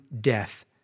death